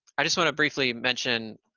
i just want to briefly mention,